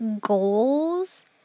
goals